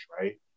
right